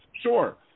Sure